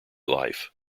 life